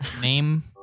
name